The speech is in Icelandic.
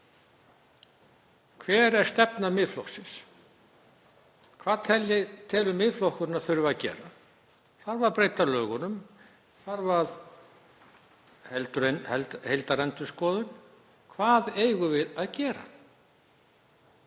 Hver er stefna Miðflokksins? Hvað telur Miðflokkurinn að þurfi að gera? Þarf að breyta lögunum? Þarf heildarendurskoðun? Hvað eigum við að gera?